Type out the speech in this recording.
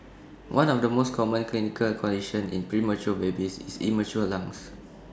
one of the most common clinical conditions in premature babies is immature lungs